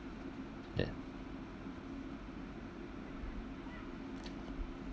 that